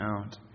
out